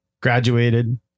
Graduated